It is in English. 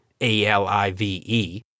A-L-I-V-E